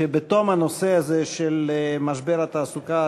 שבתום הנושא הזה של משבר התעסוקה,